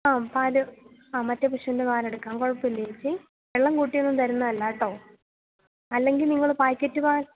ആ പാല് ആ മറ്റേ പശുവിൻ്റെ പാലെടുക്കാം കുഴപ്പമില്ല ചേച്ചി വെള്ളം കൂട്ടിയൊന്നും തരുന്നതല്ല കേട്ടോ അല്ലെങ്കിൽ നിങ്ങള് പാക്കറ്റ് പാൽ